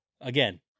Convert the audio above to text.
Again